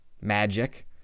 magic